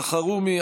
סעיד אלחרומי,